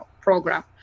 program